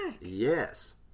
Yes